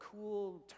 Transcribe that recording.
cool